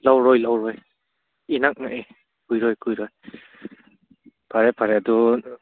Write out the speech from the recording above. ꯌꯧꯔꯣꯏ ꯌꯧꯔꯣꯏ ꯏꯅꯛ ꯅꯛꯑꯦ ꯀꯨꯏꯔꯣꯏ ꯀꯨꯏꯔꯣꯏ ꯐꯔꯦ ꯐꯔꯦ ꯑꯗꯣ